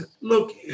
look